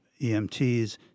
EMTs